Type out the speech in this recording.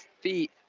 feet